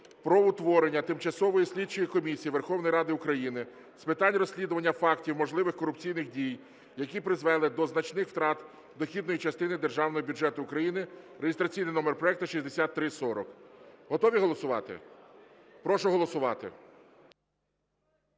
про утворення Тимчасової слідчої комісії Верховної Ради України з питань розслідування фактів можливих корупційних дій, які призвели до значних втрат дохідної частини Державного бюджету України (реєстраційний номер проекту 6340). Готові голосувати? Прошу голосувати.